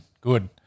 good